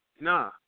Nah